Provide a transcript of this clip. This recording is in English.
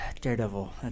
Daredevil